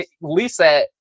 Lisa